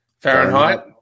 Fahrenheit